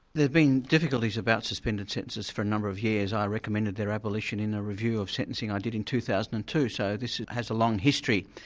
there have been difficulties about suspended sentences for a number of years. i recommended their abolition in a review of sentencing i did in two thousand and two, so this has a long history.